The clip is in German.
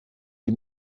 die